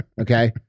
okay